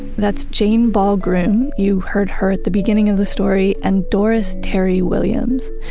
that's jane ball-groom. you heard her at the beginning of the story. and doris terry williams.